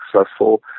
successful